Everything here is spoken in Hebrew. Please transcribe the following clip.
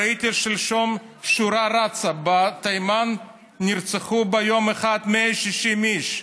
ראיתי שלשום שורה רצה: בתימן נרצחו ביום אחד 160 איש.